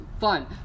fun